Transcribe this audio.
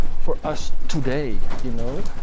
for us today, you know,